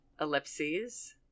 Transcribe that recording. ellipses